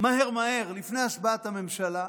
מהר מהר לפני השבעת הממשלה,